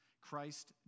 Christ